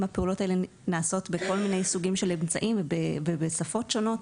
האם הפעולות האלה נעשות בכל מיני סוגים של אמצעים ובשפות שונות,